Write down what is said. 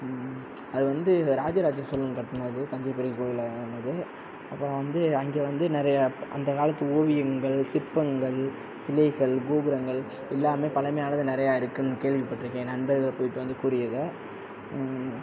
அது வந்து ராஜ ராஜ சோழன் கட்டுனது தஞ்சை பெரிய கோயிலானது அப்பறம் வந்து அங்கே வந்து நிறையா அந்த காலத்து ஓவியங்கள் சிற்பங்கள் சிலைகள் கோபுரங்கள் எல்லாமே பழமையானது நிறையா இருக்குன்னு கேள்விப்பட்யிருக்கேன் நண்பர்கள் போயிவிட்டு வந்து கூறியதை